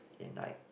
in like